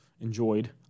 enjoyed